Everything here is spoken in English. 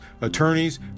attorneys